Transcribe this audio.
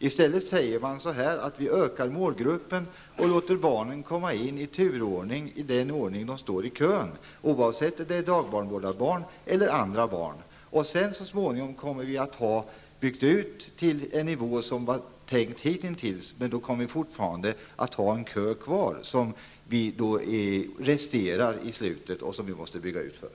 I stället resonerar man så här, att man utökar målgruppen och låter barnen få plats i turordning, oavsett om det är fråga om dagbarnvårdarbarn eller inte. Så småningom har man byggt ut till den nivå som har fastställts, men då kommer det ändå att finnas kvar en kö som man måste bygga ut för.